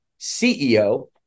CEO